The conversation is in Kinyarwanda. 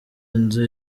inzu